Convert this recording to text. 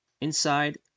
Inside